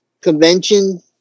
Convention